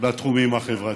בתחומים החברתיים.